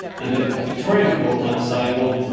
and a victorian court might say, well,